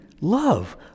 love